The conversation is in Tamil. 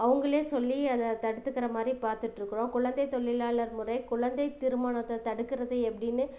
அவங்களே சொல்லி அதை தடுத்துக்கிற மாதிரி பார்த்துட்ருக்கறோம் குழந்தை தொழிலாளர் முறை குழந்தை திருமணத்தை தடுக்கிறது எப்படின்னு